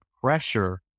pressure